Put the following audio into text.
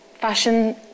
fashion